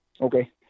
Okay